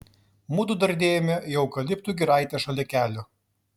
mudu dardėjome į eukaliptų giraitę šalia kelio